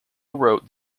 wrote